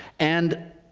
and